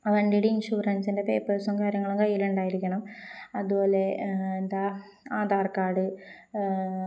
വണ്ടിയുടെ ഇൻഷുറൻസിൻ്റെ പേപ്പേഴ്സും കാര്യങ്ങളും കയ്യിലുണ്ടായിരിക്കണം അതുപോലെ എന്താണ് ആധാർ കാർഡ്